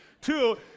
two